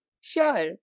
Sure